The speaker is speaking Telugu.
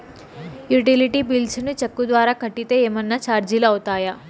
యుటిలిటీ బిల్స్ ను చెక్కు ద్వారా కట్టితే ఏమన్నా చార్జీలు అవుతాయా?